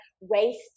waste